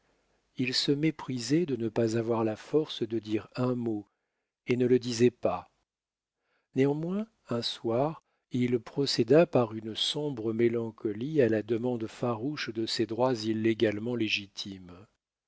il se méprisait de ne pas avoir la force de dire un mot et ne le disait pas néanmoins un soir il procéda par une sombre mélancolie à la demande farouche de ses droits illégalement légitimes